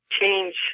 change